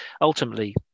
ultimately